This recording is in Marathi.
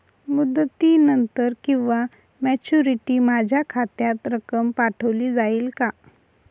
मुदतीनंतर किंवा मॅच्युरिटी माझ्या खात्यात रक्कम पाठवली जाईल का?